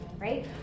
right